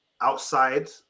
outside